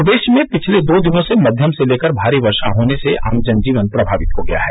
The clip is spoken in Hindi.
प्रदेश में पिछले दो दिनों से मध्यम से लेकर भारी वर्षा होने से आम जन जीवन प्रभावित हो गया है